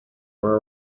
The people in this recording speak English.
were